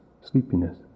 sleepiness